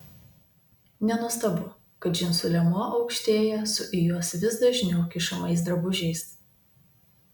nenuostabu kad džinsų liemuo aukštėja su į juos vis dažniau kišamais drabužiais